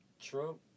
Trump